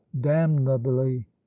damnably